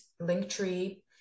Linktree